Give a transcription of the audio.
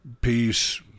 peace